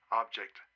object